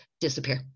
disappear